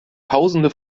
tausende